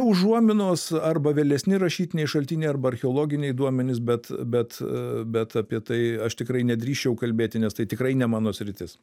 užuominos arba vėlesni rašytiniai šaltiniai arba archeologiniai duomenys bet bet bet apie tai aš tikrai nedrįsčiau kalbėti nes tai tikrai ne mano sritis